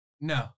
No